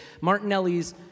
Martinelli's